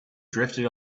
drifted